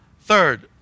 Third